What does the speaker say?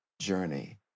journey